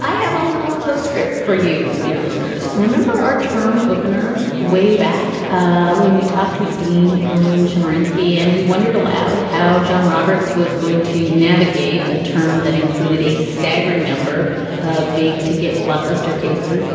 i have a little postscript for you, dear listeners. remember our term opener way back ah when we talked to dean erwin chemerinsky and we wondered aloud how john roberts was going to navigate a term that included a staggering number of big ticket blockbuster cases.